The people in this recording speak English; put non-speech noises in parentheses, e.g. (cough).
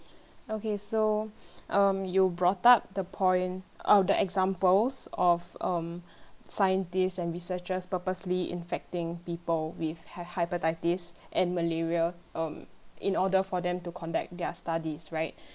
okay so (breath) um you brought up the point uh the examples of um (breath) scientist and researchers purposely infecting people with he~ hepatitis and malaria um in order for them to conduct their studies right (breath)